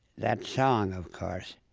that song, of course,